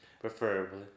Preferably